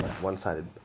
one-sided